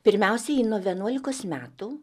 pirmiausiai ji nuo vienuolikos metų